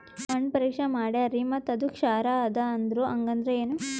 ಮಣ್ಣ ಪರೀಕ್ಷಾ ಮಾಡ್ಯಾರ್ರಿ ಮತ್ತ ಅದು ಕ್ಷಾರ ಅದ ಅಂದ್ರು, ಹಂಗದ್ರ ಏನು?